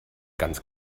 ganz